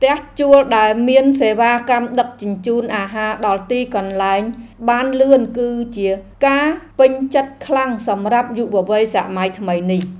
ផ្ទះជួលដែលមានសេវាកម្មដឹកជញ្ជូនអាហារដល់ទីកន្លែងបានលឿនគឺជាការពេញចិត្តខ្លាំងសម្រាប់យុវវ័យសម័យនេះ។